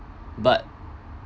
but